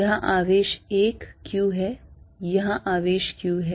यहाँ आवेश 1 q है यहाँ आवेश q है